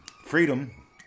Freedom